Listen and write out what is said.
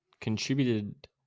contributed